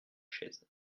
chaise